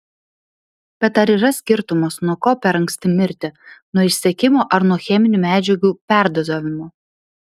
bet ar yra skirtumas nuo ko per anksti mirti nuo išsekimo ar nuo cheminių medžiagų perdozavimo